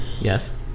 Yes